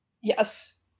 Yes